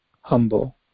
humble